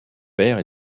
père